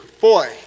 boy